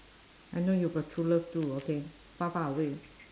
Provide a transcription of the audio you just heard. I know you got true love too okay far far away